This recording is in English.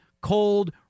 cold